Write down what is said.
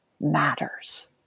matters